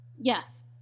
Yes